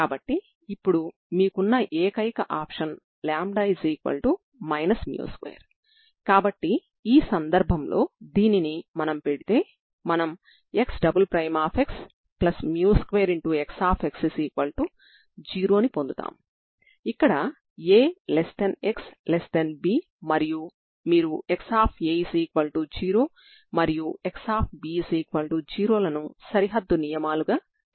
కాబట్టి ఈ మూడు సందర్భాలను చూడండి మరియు ముందుగా λ 2 ని తీసుకోండి